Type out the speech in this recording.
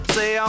Say